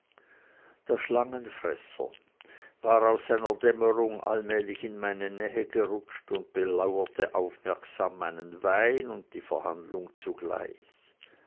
der schlangenfresser war aus seiner dämmerung allmählich in meine nähe gerutscht und belauerte aufmerksam meinen wein und die verhandlung zugleich